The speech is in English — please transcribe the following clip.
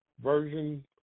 Version